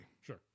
sure